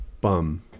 bum